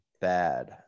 Bad